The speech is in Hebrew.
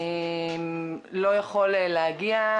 לא יכול להגיע,